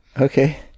Okay